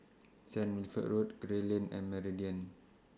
Saint Wilfred Road Gray Lane and Meridian